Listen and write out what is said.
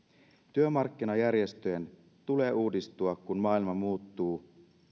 työmarkkinajärjestöjen tulee uudistua kun maailma muuttuu